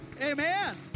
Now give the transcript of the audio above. Amen